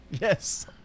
Yes